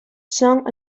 song